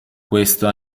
questo